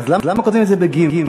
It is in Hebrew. אז למה כותבים את זה בגימ"ל?